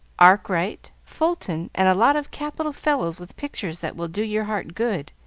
arkwright, fulton, and a lot of capital fellows, with pictures that will do your heart good.